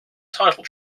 title